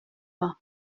vin